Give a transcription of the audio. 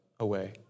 Away